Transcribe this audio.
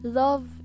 love